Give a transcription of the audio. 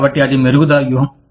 కాబట్టి అది మెరుగుదల వ్యూహం